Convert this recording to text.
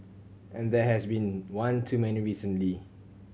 and there has been one too many recently